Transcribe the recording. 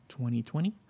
2020